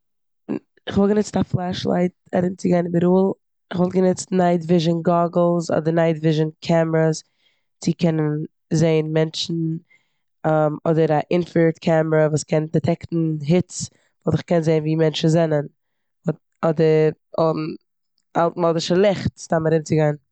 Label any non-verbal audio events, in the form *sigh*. כ'וואלט גענוצט א פלעשלייט ארומצוגיין איבעראל, כ'וואלט גענוצט נייט-וויזשין גאגלס אדער נייט-וויזשין קאמארעס צו קענען זען מענטשן *hesitation* אדער א אינפרערד קעמערא וואס קען דיטעקטן היץ. וואלט איך געקענט זען ווי מענטשן זענען אדער *hesitation* אלטמאדישע ליכט סתם ארומצוגיין.